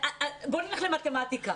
בואי נלך למתמטיקה.